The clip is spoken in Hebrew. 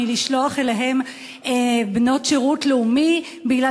לא לשלוח אליהם בנות שירות לאומי בגלל